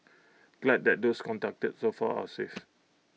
glad that those contacted so far are safe